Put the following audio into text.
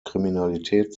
kriminalität